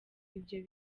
ibyo